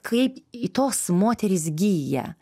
kaip į tos moters giją